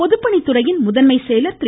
பொதுப்பணித்துறை முதன்மை செயலர் திரு